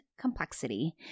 complexity